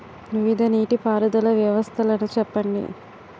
వివిధ నీటి పారుదల వ్యవస్థలను చెప్పండి?